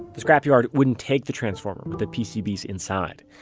the scrap yard wouldn't take the transformer with the pcbs inside.